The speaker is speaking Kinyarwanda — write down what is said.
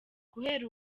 guhera